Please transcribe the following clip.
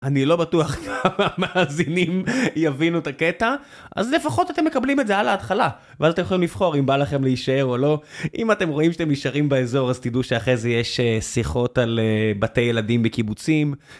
אני לא בטוח כמה מהמאזינים יבינו את הקטע, אז לפחות אתם מקבלים את זה על ההתחלה, ואז אתם יכולים לבחור אם בא לכם להישאר או לא. אם אתם רואים שאתם נשארים באזור אז תדעו שאחרי זה יש שיחות על בתי ילדים בקיבוצים.